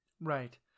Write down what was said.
Right